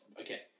Okay